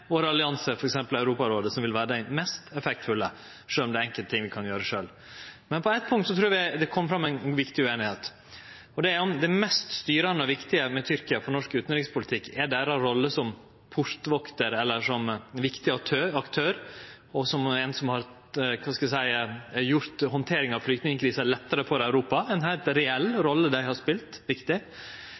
våre alliansar, f.eks. Europarådet, som vil vere dei mest effektfulle, sjølv om det er enkelte ting vi kan gjere sjølve. Men på eit punkt trur eg det kom fram ei viktig ueinigheit. Det mest styrande og viktige med Tyrkia for norsk utanrikspolitikk er deira rolle som portvaktar, som ein viktig aktør, og som ein som har – skal vi seie – gjort handteringa av flyktningkrisa lettare for Europa – ei heilt reell rolle dei har